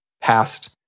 past